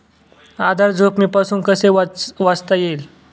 आधार जोखमीपासून कसे वाचता येईल?